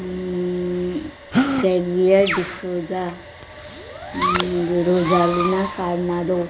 saviour D'Souza Rosalina Carnado